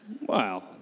Wow